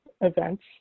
events